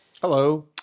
Hello